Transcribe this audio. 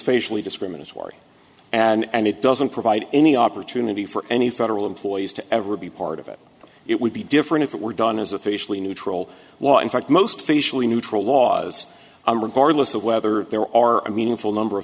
facially discriminatory and it doesn't provide any opportunity for any federal employees to ever be part of it it would be different if it were done as officially neutral law in fact most facially neutral laws regardless of whether there are a meaningful number of